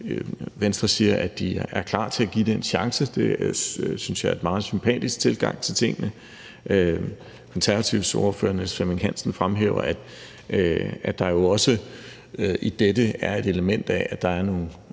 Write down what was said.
Venstre siger, at de er klar til at give det en chance. Det synes jeg er en meget sympatisk tilgang til tingene. Konservatives ordfører, hr. Niels Flemming Hansen, fremhæver, at der jo også i dette er et element af, at der er nogle